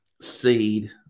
seed